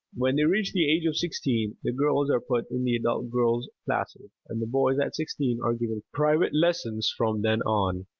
when they reach the age of sixteen, the girls are put in the adult girls' classes and the boys at sixteen are given private lessons from then on.